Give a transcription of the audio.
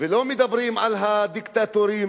ולא מדברים על הדיקטטורים.